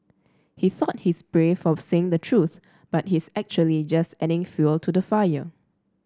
he thought he's brave for saying the truth but he's actually just adding fuel to the fire